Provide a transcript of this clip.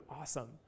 awesome